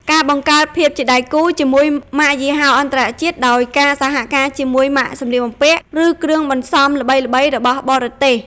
ការបង្កើតភាពជាដៃគូជាមួយម៉ាកយីហោអន្តរជាតិ ដោយការសហការជាមួយម៉ាកសម្លៀកបំពាក់ ឬគ្រឿងបន្សំល្បីៗរបស់បរទេស។